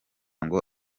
ngo